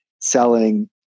selling